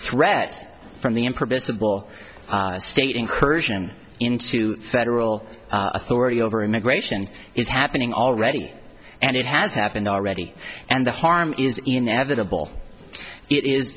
threat from the impossible state incursion into federal authority over immigration is happening already and it has happened already and the harm is inevitable it is